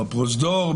בפרוזדור,